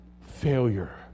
failure